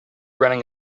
running